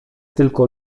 tylko